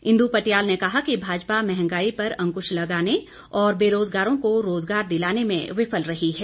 इंद् पटियाल ने कहा कि भाजपा महंगाई पर अंक्श लगाने और बेरोजगारों को रोजगार दिलाने में विफल रही है